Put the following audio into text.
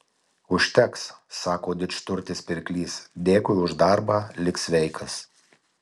užteks sako didžturtis pirklys dėkui už darbą lik sveikas